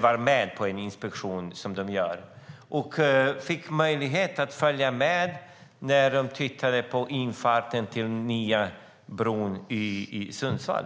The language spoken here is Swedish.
vara med på en av deras inspektioner. Jag fick då möjlighet att följa med när de tittade på E4-infarten till den nya bron i Sundsvall.